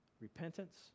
repentance